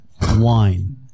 wine